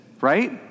right